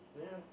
yeah